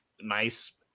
nice